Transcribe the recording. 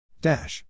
Dash